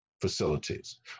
facilities